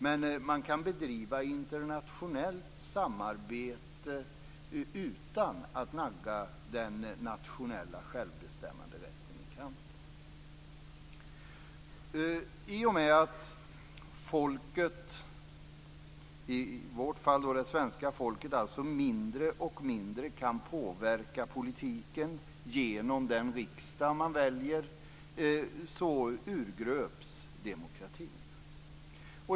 Men man kan bedriva internationellt samarbete utan att nagga den nationella självbestämmanderätten i kanten. I och med att folket, i vårt fall det svenska folket, alltså mindre och mindre kan påverka politiken genom den riksdag som man väljer, urgröps demokratin.